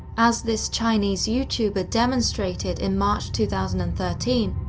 as this chinese youtuber demonstrated in march two thousand and thirteen,